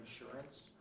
insurance